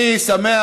אני שמח,